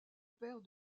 père